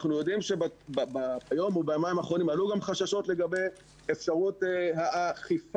אנחנו יודעים שביומיים האחרונים עלו גם חששות לגבי אפשרות האכיפה